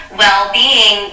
well-being